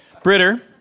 Britter